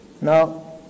Now